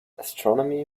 astronomy